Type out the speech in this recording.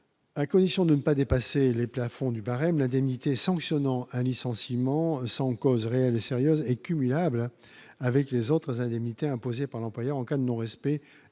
à condition de ne pas dépasser les plafonds du barème de l'indemnité sanctionnant un licenciement sans cause réelle et sérieuse et cumulable avec les autres indemnités imposé par l'employeur en cas de non-respect